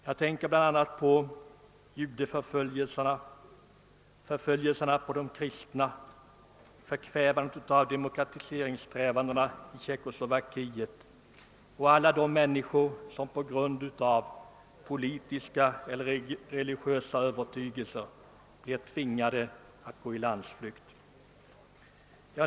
Jag tänker bl.a. på judeförföljelserna, förföljelserna emot de kristna och förkvävandet av demokratiseringssträvandena i Tjeckoslovakien och på alla de människor som på grund av politisk eller religiös övertygelse blir tvingade att gå i landsflykt.